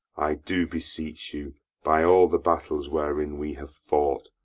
i do beseech you, by all the battles wherein we have fought,